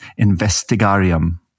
Investigarium